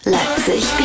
Leipzig